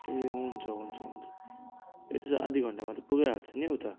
ए हुन्छ हुन्छ हुन्छ ए त्यसो भए आधी घण्टामा त पुर्याइहाल्छ नि उता